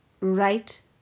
right